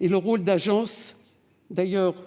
et le rôle d'agences